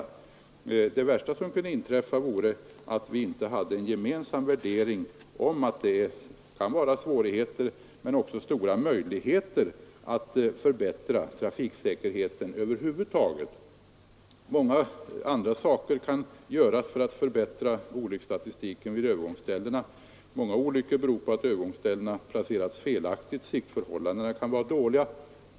Det värsta som kunde inträffa vore om vi inte hade en gemensam värdering. Det kan visserligen vara stora svårigheter, men det finns också stora möjligheter att förbättra trafiksäkerheten över huvud taget. Också andra saker kan göras för att förbättra olycksstatistiken vid övergångsställena. Många olyckor beror på att övergångsställena är felaktigt placerade eller att siktförhållandena kan vara dåliga.